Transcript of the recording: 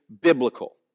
biblical